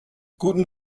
guten